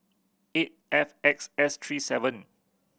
eight F X S three seven